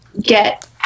get